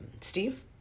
Steve